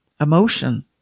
emotion